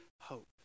hope